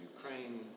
Ukraine